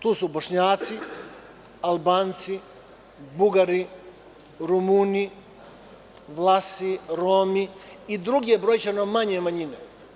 Tu su Bošnjaci, Albanci, Bugari, Rumuni, Vlasi, Romi i druge brojčano manje manjine.